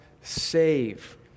save